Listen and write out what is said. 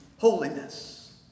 Holiness